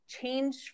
change